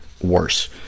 worse